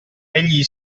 egli